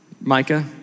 Micah